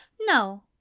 No